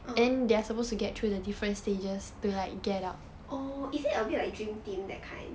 oh is it a bit like dream team that kind